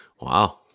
Wow